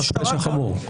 דובר על פשע חמור.